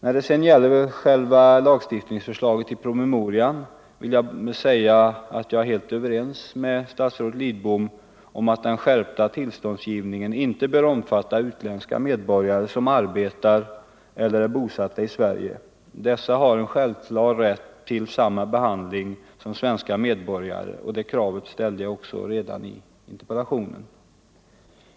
När det sedan gäller själva lagstiftningsförslaget i promemorian, vill jag säga att jag är helt överens med statsrådet Lidbom om att de skärpta reglerna för tillståndsgivningen inte bör omfatta utländska medborgare som arbetar eller är bosatta i Sverige. Dessa har en självklar rätt till samma behandling som svenska medborgare, och det kravet ställde jag också redan i interpellationen.